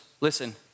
Listen